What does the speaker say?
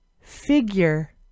figure